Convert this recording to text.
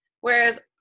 Whereas